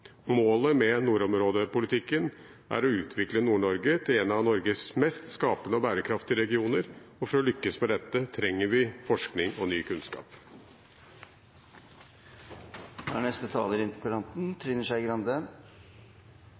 Målet med nordområdepolitikken er å utvikle Nord-Norge til en av Norges mest skapende og bærekraftige regioner. For å lykkes med dette trenger vi forskning og ny